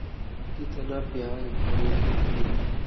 कितना ब्याज भरे के होई?